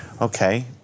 okay